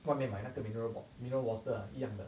外面买那个 mineral mineral water 一样的